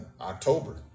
october